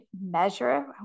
measure